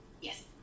yes